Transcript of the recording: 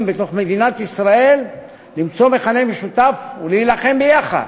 במדינת ישראל למצוא מכנה משותף ולהילחם יחד